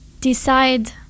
decide